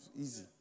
Easy